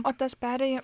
o tas perėja